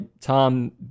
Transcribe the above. Tom